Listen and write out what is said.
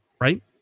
right